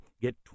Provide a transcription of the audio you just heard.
Get